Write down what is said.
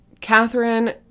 Catherine